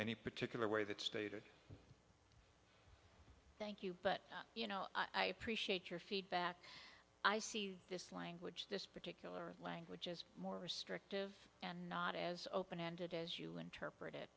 any particular way that stated thank you but you know i appreciate your feedback i see this language this particular language is more restrictive and not as open ended as you interpret it